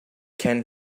can